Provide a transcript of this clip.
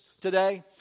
today